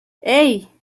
hey